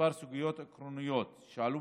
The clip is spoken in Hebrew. שכמה סוגיות עקרוניות שעלו